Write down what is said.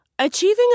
Achieving